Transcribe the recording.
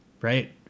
Right